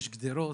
יש גדרות